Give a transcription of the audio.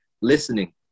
listening